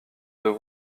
deux